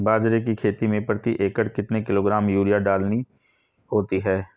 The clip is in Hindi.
बाजरे की खेती में प्रति एकड़ कितने किलोग्राम यूरिया डालनी होती है?